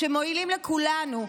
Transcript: שמועילים לכולנו.